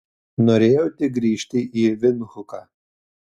norėjau tik grįžti į vindhuką